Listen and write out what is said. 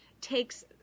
takes